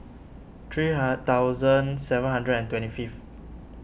three ha thousand seven hundred and twenty fifth